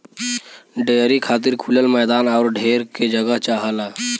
dairy खातिर खुलल मैदान आउर ढेर के जगह चाहला